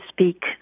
speak